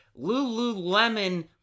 Lululemon